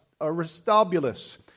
Aristobulus